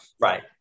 right